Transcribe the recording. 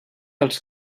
els